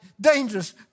dangerous